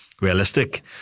realistic